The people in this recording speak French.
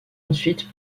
ensuite